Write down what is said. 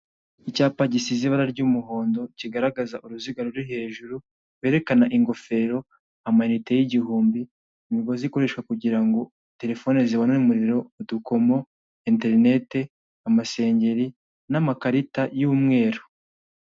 Icyapa gisize ibara ry'umuhondo kigaragaza uruziga ruri hejuru rwerekana ingofero amayinite y'igihumbi imigozi ikoreshwa kugira ngo terefone zibone umuriro udukomo, interinete amasengeri n'amakarita y'umweru.